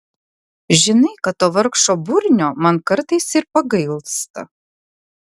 žinai kad to vargšo burnio man kartais ir pagailsta